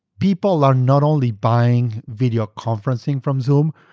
people are not only buying video conferencing from zoom,